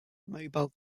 mobile